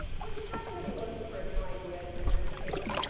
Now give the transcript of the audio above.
would you happen to be looking for a new idea in dinner entertainment?